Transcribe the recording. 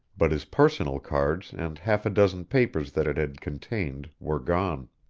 but his personal cards and half a dozen papers that it had contained were gone.